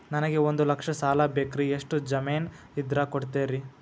ನನಗೆ ಒಂದು ಲಕ್ಷ ಸಾಲ ಬೇಕ್ರಿ ಎಷ್ಟು ಜಮೇನ್ ಇದ್ರ ಕೊಡ್ತೇರಿ?